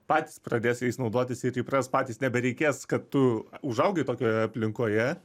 patys pradės jais naudotis ir įpras patys nebereikės kad tu užaugai tokioje aplinkoje